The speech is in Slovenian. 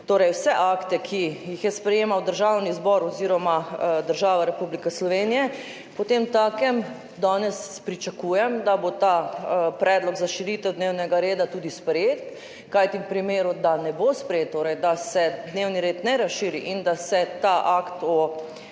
torej vse akte, ki jih je sprejemal Državni zbor oziroma država Republike Slovenije, potemtakem danes pričakujem, da bo ta predlog za širitev dnevnega reda tudi sprejet, kajti v primeru, da ne bo sprejet, torej da se dnevni red ne razširi in da se ta akt o